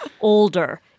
older